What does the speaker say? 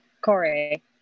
Corey